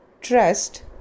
trust